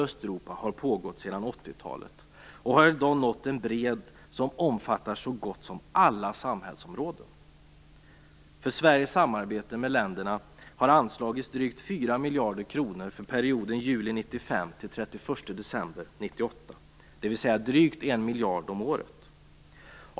Östeuropa har pågått sedan 1980-talet och omfattar i dag så gott som alla samhällsområden. För Sveriges samarbete med länderna har det anslagits drygt 4 december 1998, dvs. drygt 1 miljard om året.